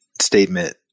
statement